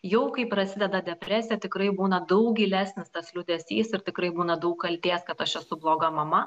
jau kai prasideda depresija tikrai būna daug gilesnis tas liūdesys ir tikrai būna daug kaltės kad aš esu bloga mama